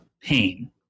pain